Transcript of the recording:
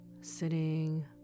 sitting